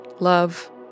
Love